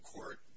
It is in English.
Court